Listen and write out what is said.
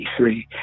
1983